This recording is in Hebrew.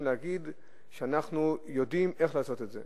להגיד שאנחנו יודעים איך לעשות את זה.